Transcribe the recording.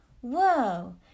Whoa